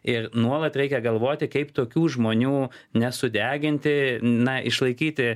ir nuolat reikia galvoti kaip tokių žmonių nesudeginti na išlaikyti